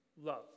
love